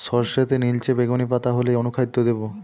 সরর্ষের নিলচে বেগুনি পাতা হলে কি অনুখাদ্য দেবো?